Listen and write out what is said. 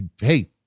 hey